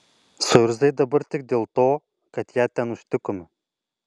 suirzai dabar tik dėl to kad ją ten užtikome